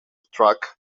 struck